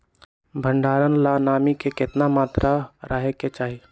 भंडारण ला नामी के केतना मात्रा राहेके चाही?